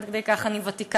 עד כדי כך אני ותיקה,